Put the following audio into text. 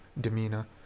demeanor